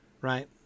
right